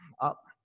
Up